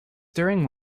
during